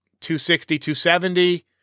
260-270